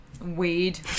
weed